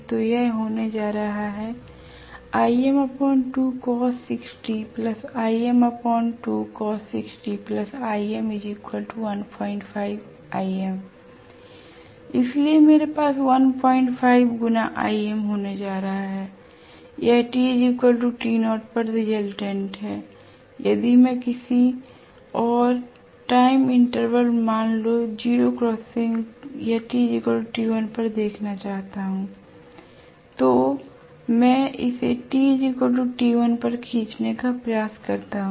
तो यह होने जा रहा है इसलिए मेरे पास 15 गुना Im होने जा रहा है l यह t t0 पर रिजल्टेंट है l यदि मैं किसी और टाइम इंटरवल मान लो जीरो क्रॉसिंग या t t1 पर देखना चाहता हूं l तो मैं इसे पर खींचने का प्रयास करता हूं